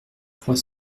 trois